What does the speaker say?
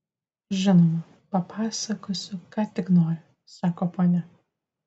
žinoma papasakosiu ką tik nori sako ponia